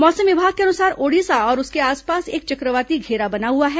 मौसम विभाग के अनुसार ओडिशा और उसके आसपास एक चक्रवाती घेरा बना हुआ है